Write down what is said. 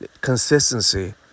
consistency